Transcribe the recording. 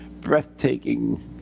breathtaking